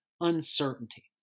uncertainty